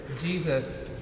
Jesus